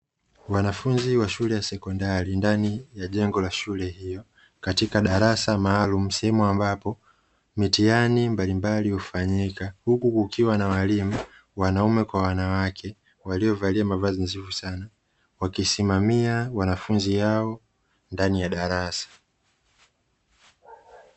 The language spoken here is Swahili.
Wanafunzi wa shule ya sekondari ndani ya jengo la shule hiyo, katika darasa maalumu, sehemu ambapo mitihani mbalimbali hufanyika, huku kukiwa na waalimu wanaume kwa wanawake waliovalia mavazi mazuri sana, wakisimamia wanafunzi hao ndani ya darasa.